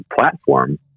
platform